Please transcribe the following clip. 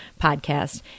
podcast